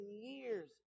years